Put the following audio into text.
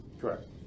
Correct